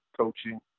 coaching